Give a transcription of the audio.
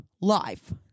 life